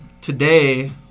Today